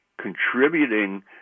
contributing